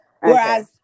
whereas